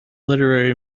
literary